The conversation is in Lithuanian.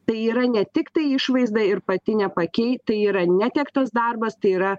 tai yra ne tiktai išvaizda ir patinę paakiai tai yra netektas darbas tai yra